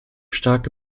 starke